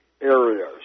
areas